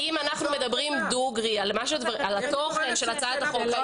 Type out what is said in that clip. אנחנו מדברים דוגרי על התוכן של הצעת החוק,